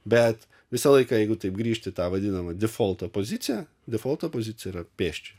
bet visą laiką jeigu taip grįžti tą vadinamą defolto poziciją defolto pozicija yra pėsčiojo